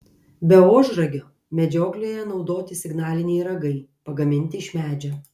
be ožragio medžioklėje naudoti signaliniai ragai pagaminti iš medžio